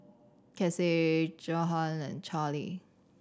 Casey Johnathan and Charle